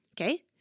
Okay